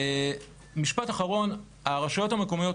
משפט אחרון הרשויות המקומיות,